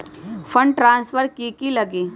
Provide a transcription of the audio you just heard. Fund transfer कि की लगी?